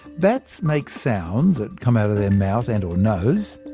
bats make sounds that come out of their mouth and nose,